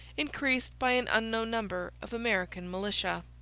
increased by an unknown number of american militia.